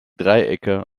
dreiecke